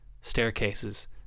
staircases